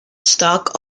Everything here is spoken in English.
stock